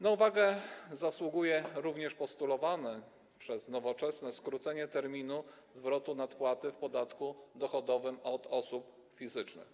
Na uwagę zasługuje również postulowane przez Nowoczesną skrócenie terminu zwrotu nadpłaty w podatku dochodowym od osób fizycznych.